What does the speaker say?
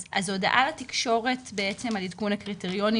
אז הודעה לתקשורת בעצם על עדכון הקריטריונים